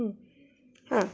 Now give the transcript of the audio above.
ಹ್ಞೂ ಹಾಂ